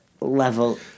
level